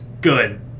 good